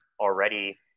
already